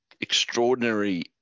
extraordinary